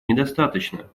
недостаточно